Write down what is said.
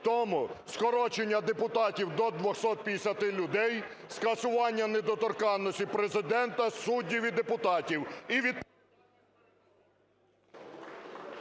Тому скорочення депутатів до 250 людей, скасування недоторканності Президента, суддів і депутатів.